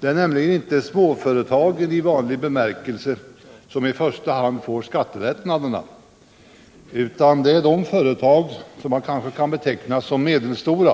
Det är nämligen inte småföretagen i vanlig bemärkelse som i första hand får skattelättnaderna, utan det är företag som man kanske kan beteckna som medelstora,